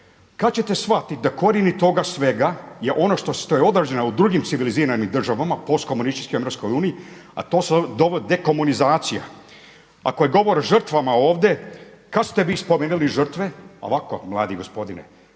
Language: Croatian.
Kad ćete shvatiti da korijeni toga svega je ono što je odrađeno u drugim civiliziranim država, postkomunističkoj EU, a to se zove dekomunizacija. Ako je govor žrtvama ovde, kad ste vi spomenuli žrtve. Ovako mladi gospodine,